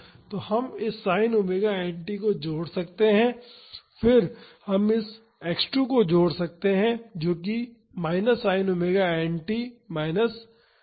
तो हम इस sin ओमेगा n t को जोड़ सकते हैं फिर हम इस x2 को जोड़ सकते हैं जो कि minus sin omega n t minus td है